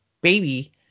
baby